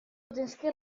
aquesta